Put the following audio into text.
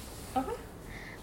apa